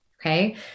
Okay